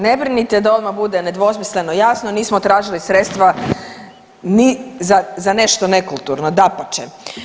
Ne brinite, da odmah bude nedvosmisleno jasno, nismo tražili sredstva ni za nešto nekulturno, dapače.